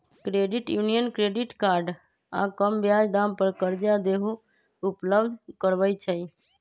credit union credit card आऽ कम ब्याज दाम पर करजा देहो उपलब्ध करबइ छइ